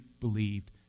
believed